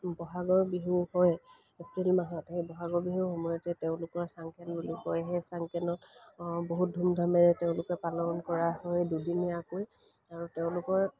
বহাগৰ বিহু হয় এপ্ৰিল মাহত সেই বহাগৰ বিহুৰ সময়তে তেওঁলোকৰ চাংকেন বুলি কয় সেই চাংকেনত বহুত ধুমধামেৰে তেওঁলোকে পালন কৰা হয় দুদিনীয়াকৈ আৰু তেওঁলোকৰ